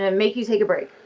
and make you take a break.